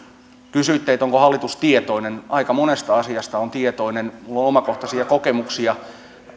kysyitte onko hallitus tietoinen aika monesta asiasta on tietoinen minulla on omakohtaisia kokemuksia